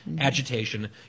agitation